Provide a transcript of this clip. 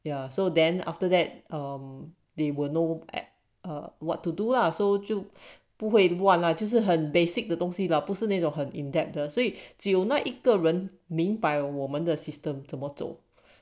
ya so then after that um they will know at err what to do lah so 就不会乱 lah 就是很 basic 的东西了不是那种很 in depth 的所以只有那一个 the system 怎样走